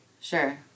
Sure